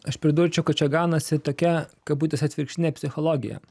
aš pridurčiau kad čia gaunasi tokia kabutėse atvirkštinė psichologija